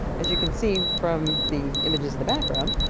as you can see from the images in the background,